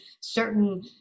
certain